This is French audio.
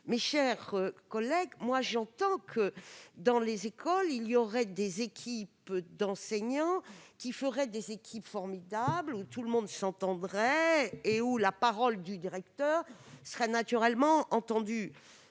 Mes chers collègues, j'entends que, dans les écoles, il y aurait des équipes d'enseignants formidables, où tout le monde s'entendrait et où la parole du directeur serait naturellement prise